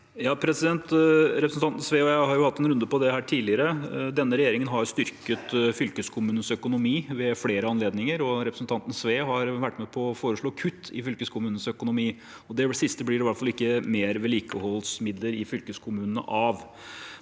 Representan- ten Sve og jeg har hatt en runde om dette tidligere. Denne regjeringen har styrket fylkeskommunenes økonomi ved flere anledninger, og representanten Sve har vært med på å foreslå kutt i fylkeskommunenes økonomi. Det siste blir det i hvert fall ikke mer vedlikeholdsmidler i fylkeskommunene av.